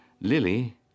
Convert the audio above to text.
Lily